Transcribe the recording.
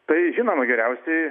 tai žinoma geriausiai